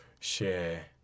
share